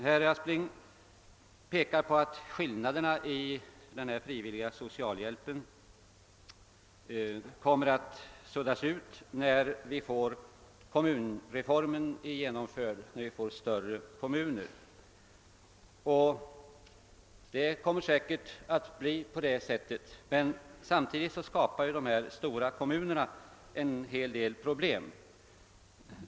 Herr Aspling pekar på att skillnaderna i den frivilliga socialhjälpen kommer att suddas ut när kommunreformen genomförts och vi alltså fått större kommuner. Det kommer säkerligen att bli på det sättet, men samtidigt skapar dessa stora kommuner en hel del problem.